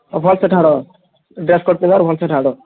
ଭଲ୍ସେ ଠିଆଡ଼ ହୋ ଡ୍ରେସ୍ କୋର୍ଡ଼ ପିନ୍ଧ ଆର୍ ଭଲ୍ସେ ଠିଆଡ଼ ହୋ